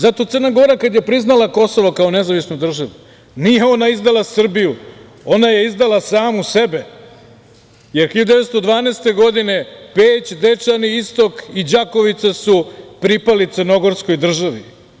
Zato Crna Gora kad je priznala Kosovo kao nezavisnu državu, nije ona izdala Srbiju, ona je izdala samu sebe, jer 1912. godine Peć, Dečani, Istok i Đakovica su pripali crnogorskoj državi.